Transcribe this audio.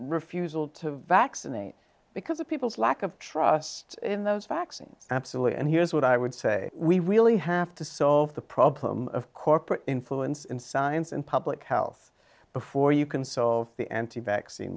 refusal to vaccinate because of people's lack of trust in those vaccines absolutely and here's what i would say we really have to solve the problem of corporate influence in science and public health before you can so the anti vaccine